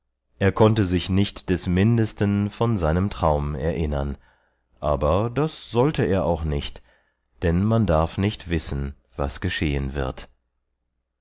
er konnte sich nicht des mindesten von seinem traum erinnern aber das sollte er auch nicht denn man darf nicht wissen was geschehen wird